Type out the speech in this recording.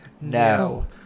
no